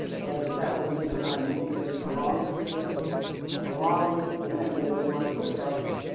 and that way we can kind of move this along because there is sort of a long list of amendments and we want to get started.